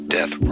Death